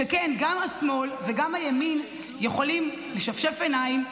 שכן גם השמאל וגם הימין יכולים לשפשף עיניים,